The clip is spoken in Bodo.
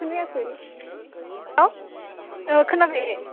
खोनायाखै हेल्ल' औ खोनायाखै